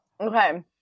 Okay